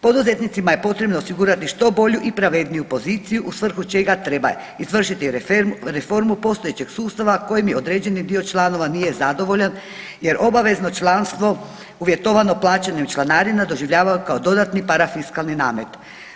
Poduzetnicima je potrebno osigurati što bolju i pravedniju poziciju u svrhu čega treba izvršiti refer, reformu postojećeg sustava kojim je određeni dio članova nije zadovoljan jer obavezno članstvo uvjetovano plaćanjem članarina doživljavaju kako dodatni parafiskalni namet.